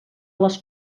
les